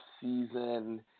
season